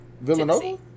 Villanova